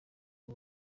ubu